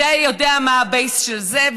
זה יודע מה ה-base של זה,